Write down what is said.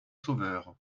sauveur